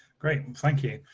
great and thank you,